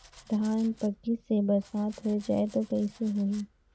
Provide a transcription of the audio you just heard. धान पक्की से बरसात हो जाय तो कइसे हो ही?